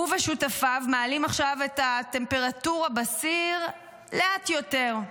הוא ושותפיו מעלים עכשיו את הטמפרטורה בסיר לאט יותר,